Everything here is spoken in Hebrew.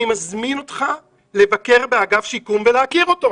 אני מזמין אותך לבקר באגף שיקום ולהכיר אותו.